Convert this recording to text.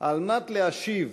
כדי להשיב